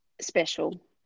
special